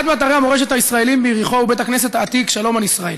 אחד מאתרי המורשת הישראליים ביריחו הוא בית הכנסת העתיק שלום על ישראל.